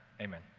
amen